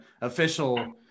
official